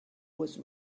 was